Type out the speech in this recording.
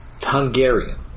Hungarian